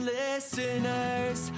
listeners